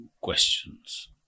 questions